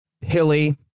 hilly